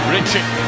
Richard